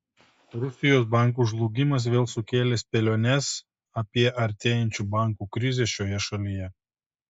rusijos bankų žlugimas vėl sukėlė spėliones apie artėjančių bankų krizę šioje šalyje